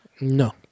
No